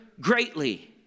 greatly